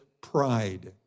pride